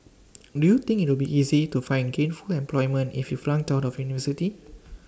do you think it'll be easy to find gainful employment if you flunked out of university